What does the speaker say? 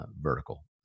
vertical